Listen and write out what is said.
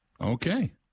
Okay